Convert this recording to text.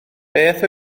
beth